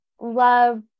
love